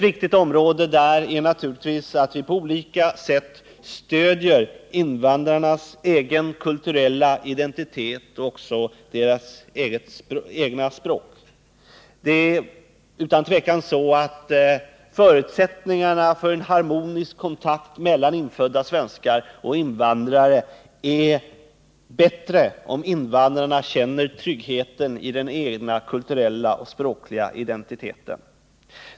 Viktigt är naturligtvis att vi på olika sätt stöder invandrarnas egen kulturella identitet och också undervisningen i deras eget språk. Utan tvivel är förutsättningarna för en harmonisk kontakt mellan infödda svenskar och invandrare bäst, om invandrarna känner tryggheten i den egna kulturella och språkliga identiteten.